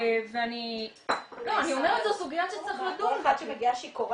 זו סוגיה שצריך לדון בה.